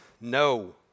No